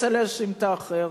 רוצה להאשים את האחר.